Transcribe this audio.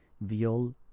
viol